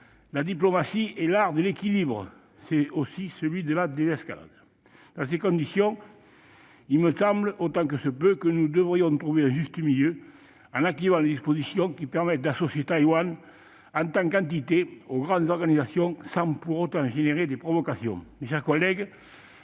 la diplomatie est l'art de l'équilibre ; c'est aussi celui de la désescalade. Dans ces conditions, il me semble- autant que faire se peut -que nous devrions trouver un juste milieu en activant les dispositions qui permettent d'associer Taïwan, en tant qu'entité, aux grandes organisations sans pour autant engendrer de provocations.